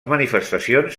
manifestacions